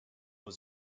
was